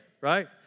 right